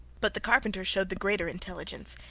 but the carpenter showed the greater intelligence.